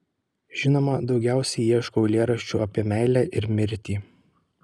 žinoma daugiausiai ieškau eilėraščių apie meilę ir mirtį